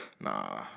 Nah